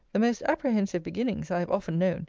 the most apprehensive beginnings, i have often known,